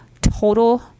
total